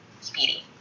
Speedy